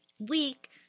week